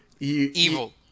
evil